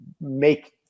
make